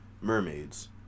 mermaids